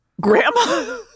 Grandma